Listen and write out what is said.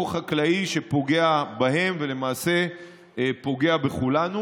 חקלאי שפוגע בהם ולמעשה פוגע בכולנו,